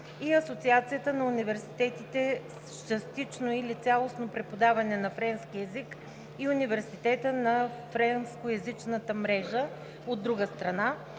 и Асоциацията на университетите с частично или цялостно преподаване на френски език и Университета на френскоезичната мрежа, от друга страна,